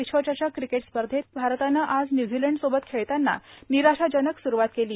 विश्वचषक क्रिकेट स्पर्धेत भारतानं आज न्यूझीलंडसोबत खेळतांना निराशाजनक सुरूवात केली